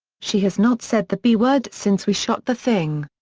she has not said the b-word since we shot the thing.